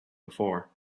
before